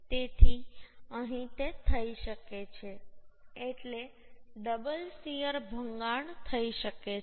તેથી અહીં તે થઈ શકે છે એટલે ડબલ શીયર ભંગાણ થઈ શકે છે